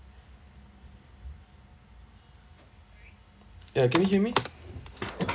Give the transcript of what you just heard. ya can you hear me